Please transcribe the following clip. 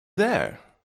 there